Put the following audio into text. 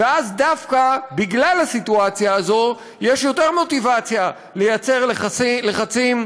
ואז דווקא בגלל הסיטואציה הזאת יש יותר מוטיבציה לייצר לחצים